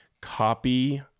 Copy